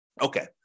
Okay